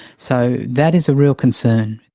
so that is a real concern.